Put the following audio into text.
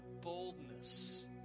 boldness